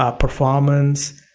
ah performance,